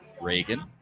Reagan